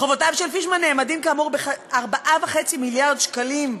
חובותיו של פישמן נאמדים כאמור ב-4.5 מיליארד שקלים.